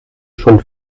schon